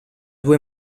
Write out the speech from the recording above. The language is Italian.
due